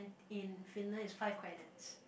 in Finland is five credits